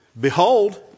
Behold